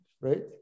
right